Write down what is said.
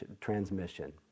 transmission